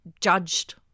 judged